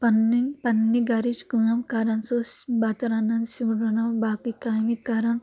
پنٕنۍ پنٕنہِ گَرٕچ کٲم کَران سۄ ٲسۍ بَتہٕ رَنان سیُن رَنان باقٕے کامہِ کَران